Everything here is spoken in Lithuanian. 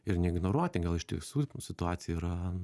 ir neignoruoti gal iš tiesų situacija yra